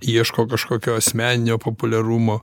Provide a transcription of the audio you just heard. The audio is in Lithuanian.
ieško kažkokio asmeninio populiarumo